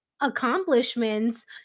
accomplishments